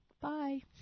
Bye